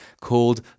called